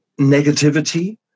negativity